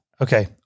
Okay